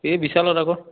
এই বিশালত আকৌ